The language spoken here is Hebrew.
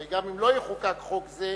הרי גם אם לא יחוקק חוק זה,